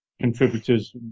contributors